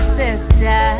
sister